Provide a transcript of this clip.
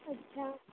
अच्छा